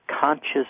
conscious